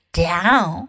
down